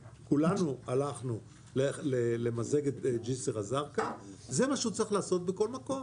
כולנו הלכנו למזג את ג'סר א-זרקא זה מה שהוא צריך לעשות בכל מקום.